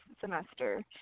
semester